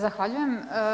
Zahvaljuje.